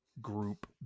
group